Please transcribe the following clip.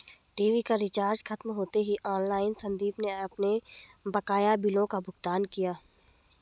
TV का recharge खत्म होते ही ऑनलाइन संदीप ने अपने बकाया बिलों का भुगतान किया